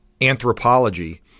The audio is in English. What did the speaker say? Anthropology